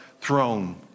throne